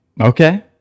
Okay